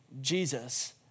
Jesus